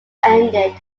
ended